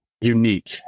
unique